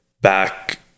back